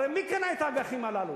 הרי מי קנה את האג"חים הללו?